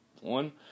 one